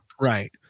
Right